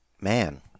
man